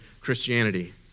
Christianity